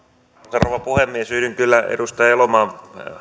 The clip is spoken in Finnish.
rouva puhemies yhdyn kyllä edustaja elomaan